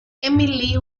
emily